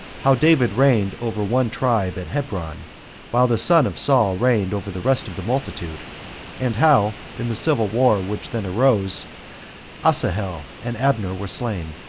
how david reigned over one tribe at hebron while the son of saul reigned over the rest of the multitude and how, in the civil war which then arose asahel and abner were slain.